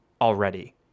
already